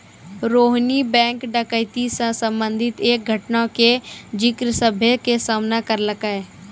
Rohini bank डकैती से संबंधित एक घटना के जिक्र सभ्भे के सामने करलकै